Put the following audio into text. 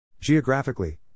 Geographically